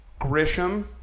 Grisham